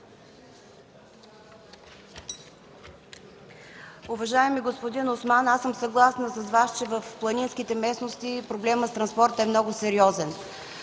Уважаеми господин Осман, съгласна съм с Вас, че в планинските местности проблемът с транспорта е много сериозен.